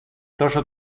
τόσο